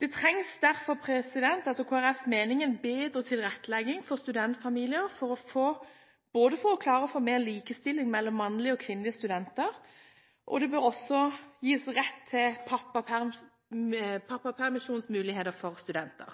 Det trengs derfor etter Kristelig Folkepartis mening en bedre tilrettelegging for studentfamilier for å få mer likestilling mellom mannlige og kvinnelige studenter. Det bør også gis rett til mulighet for pappapermisjon for studenter.